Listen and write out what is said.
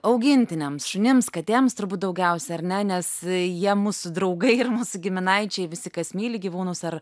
augintiniams šunims katėms turbūt daugiausia ar ne nes jie mūsų draugai ir mūsų giminaičiai visi kas myli gyvūnus ar